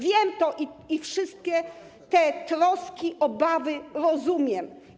Wiem to i wszystkie te troski, obawy, rozumiem.